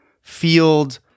field